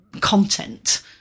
content